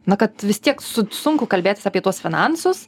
na kad vis tiek su sunku kalbėtis apie tuos finansus